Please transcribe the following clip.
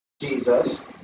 Jesus